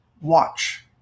watch